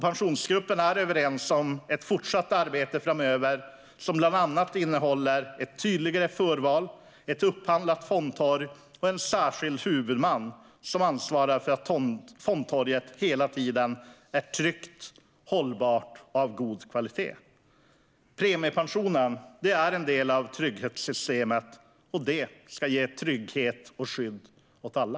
Pensionsgruppen är överens om ett fortsatt arbete framöver som bland annat innehåller ett tydligare förval, ett upphandlat fondtorg och en särskild huvudman som ansvarar för att fondtorget hela tiden är tryggt och hållbart och har god kvalitet. Premiepensionen är en del av trygghetssystemet, som ska ge trygghet och skydd åt alla.